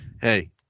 hey